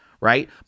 Right